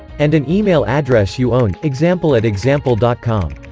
and an email address you own example at example dot com